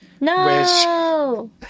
No